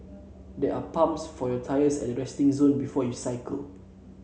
there are pumps for your tyres at the resting zone before you cycle